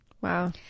Wow